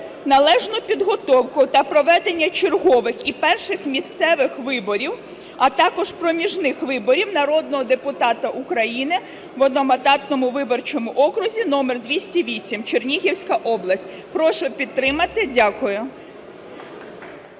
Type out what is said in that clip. належну підготовку та проведення чергових і перших місцевих виборів, а також проміжних виборів народного депутата України в одномандатному виборчому окрузі №208, Чернігівська область. Прошу підтримати. Дякую.